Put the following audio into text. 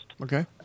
Okay